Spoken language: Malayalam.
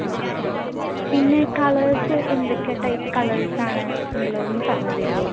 ആ ആ ആ പിന്നെ കളേഴ്സ് എന്തൊക്കെ ടൈപ്പ് കളേഴ്സാണ് ഉള്ളതെന്ന് ഒന്ന് പറഞ്ഞ് തെരോ